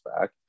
back